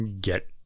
get